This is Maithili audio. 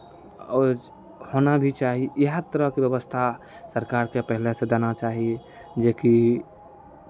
आओर होना भी चाही इएह तरहके व्यवस्था सरकारके पहिलेसँ देना चाही जेकि